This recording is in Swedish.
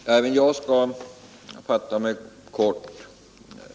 Herr talman! Även jag skall fatta mig kort.